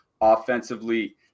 offensively